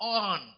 on